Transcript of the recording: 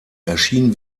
erschien